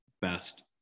best